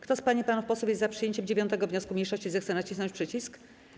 Kto z pań i panów posłów jest za przyjęciem 9. wniosku mniejszości, zechce nacisnąć przycisk.